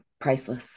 priceless